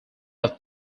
have